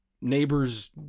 neighbors